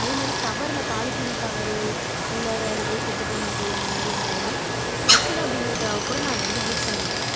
அதே மாதிரி கவரில் பாலித்தீன் கவரு இல்லை வேறு ஏதாவது கெட்டுப் போனது அந்த மாதிரி இருந்தாலுமே பற்றல அப்படிங்கிறதுக்காக கூட நான் அதை வந்து யூஸ் பண்ணமாட்டேன்